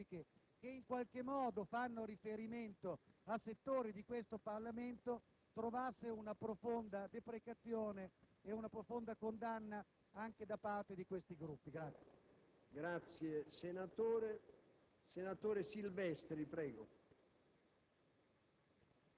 siamo profondamente preoccupati e vorremmo che quelle frange politiche che, in qualche modo, fanno riferimento a settori di questo Parlamento, trovassero una profonda deprecazione ed una profonda condanna anche da parte di certi Gruppi.